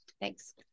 Thanks